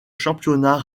championnat